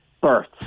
births